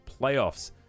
playoffs